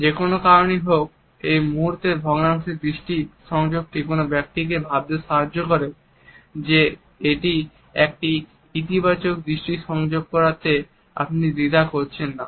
যেকোনো কারণেই হোক এই মুহুর্তের ভগ্নাংশের দৃষ্টি সংযোগটি কোন ব্যক্তিকে ভাবতে সাহায্য করে যে একটি ইতিবাচক দৃষ্টি সংযোগ তৈরি করতে আপনি দ্বিধা করছেন না